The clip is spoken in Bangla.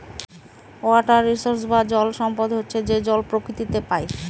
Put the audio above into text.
ওয়াটার রিসোর্স বা জল সম্পদ হচ্ছে যে জল প্রকৃতিতে পাই